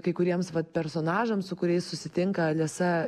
kai kuriems personažams su kuriais susitinka alisa